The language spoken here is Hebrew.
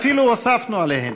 אפילו הוספנו עליהן.